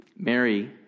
Mary